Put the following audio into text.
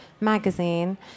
magazine